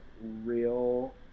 real